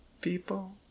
people